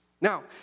Now